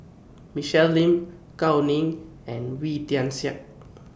Michelle Lim Gao Ning and Wee Tian Siak